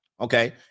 Okay